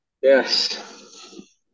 Yes